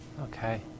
Okay